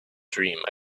dream